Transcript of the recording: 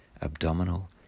Abdominal